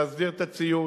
להסדיר את הציוד.